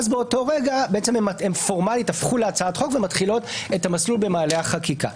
ואז באותו רגע הן הפכו להצעת חוק ומתחילות את המסלול במעלה החקיקה.